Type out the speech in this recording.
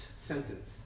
sentence